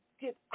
get